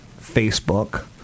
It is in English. Facebook